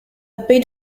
paid